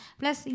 plus